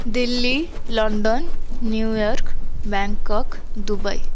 Delhi London New York Bangkok Dubai